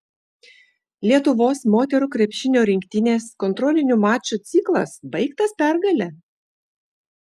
lietuvos moterų krepšinio rinktinės kontrolinių mačų ciklas baigtas pergale